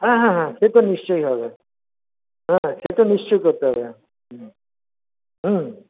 হ্যাঁ হ্যাঁ হ্যাঁ সে তো নিশ্চয়ই হবে হ্যাঁ সে তো নিশ্চয়ই করতে হবে হুম হুম